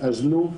אזלו.